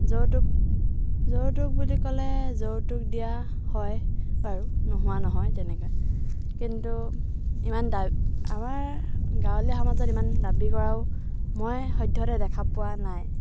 যৌতুক যৌতুক বুলি ক'লে যৌতুক দিয়া হয় বাৰু নোহোৱা নহয় তেনেকে কিন্তু ইমান আমাৰ গাৱলীয়া সমাজত ইমান দাবী কৰাও মই সদ্যহতে দেখা পোৱা নাই